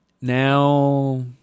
Now